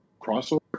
crossover